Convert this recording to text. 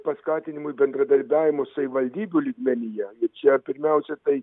paskatinimui bendradarbiavimo savivaldybių lygmenyje ir čia pirmiausia tai